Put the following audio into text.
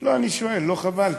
לא, אני שואל, לא חבל?